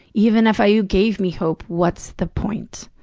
even if ah you gave me hope, what's the point?